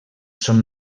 són